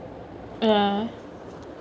ya